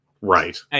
Right